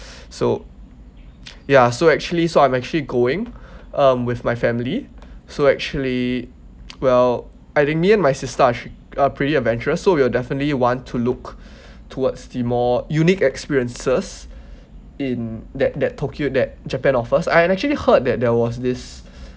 so ya so actually so I'm actually going um with my family so actually well I mean me and my sister actual~ uh pretty adventurous so we will definitely want to look towards the more unique experiences in that that tokyo that japan offers I actually heard that there was this